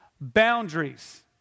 Boundaries